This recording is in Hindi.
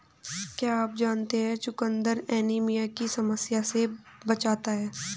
क्या आप जानते है चुकंदर एनीमिया की समस्या से बचाता है?